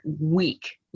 week